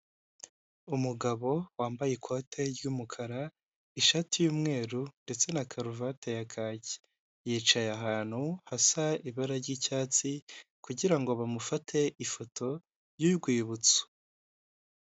Umugabo wambaye ikote ry'umukara, ishati y'umweru ndetse na karuvati ya kaki, yicaye ahantu hasa ibara ry'icyatsi kugirango bamufate ifoto y'urwibutso.